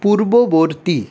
পূর্ববর্তী